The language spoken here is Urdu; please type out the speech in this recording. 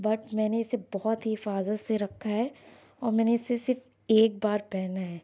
بٹ میں نے اِسے بہت حفاظت سے رکھا ہے اور میں نے اِسے صرف ایک بار پہنا ہے